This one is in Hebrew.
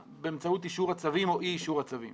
באמצעות אישור הצווים או אי אישור הצווים